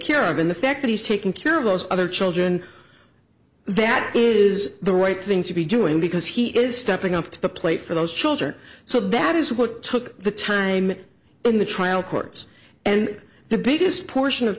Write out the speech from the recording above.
care of in the fact that he's taking care of those other children that is the right thing to be doing because he is stepping up to the plate for those children so that is what took the time in the trial courts and the biggest portion of